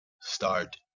start